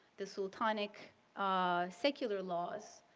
the sultanic secular laws